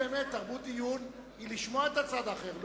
תרבות דיון היא לשמוע את הצד האחר,